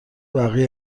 بقیه